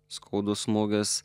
skaudus smūgis